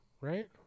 right